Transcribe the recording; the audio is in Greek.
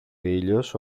ήλιος